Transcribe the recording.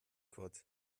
kurt